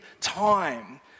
time